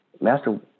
Master